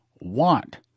want